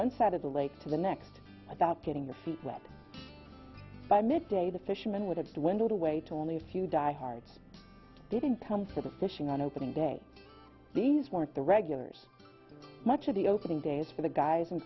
the lake to the next about getting your feet wet by midday the fisherman would have dwindled away to only a few die hards didn't come to the fishing on opening day these weren't the regulars much of the opening days for the guys and